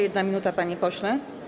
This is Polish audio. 1 minuta, panie pośle.